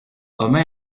omer